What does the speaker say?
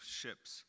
ships